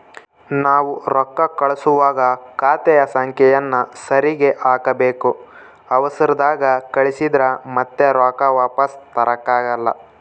ನಾವು ರೊಕ್ಕ ಕಳುಸುವಾಗ ಖಾತೆಯ ಸಂಖ್ಯೆಯನ್ನ ಸರಿಗಿ ಹಾಕಬೇಕು, ಅವರ್ಸದಾಗ ಕಳಿಸಿದ್ರ ಮತ್ತೆ ರೊಕ್ಕ ವಾಪಸ್ಸು ತರಕಾಗಲ್ಲ